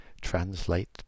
translate